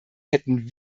hätten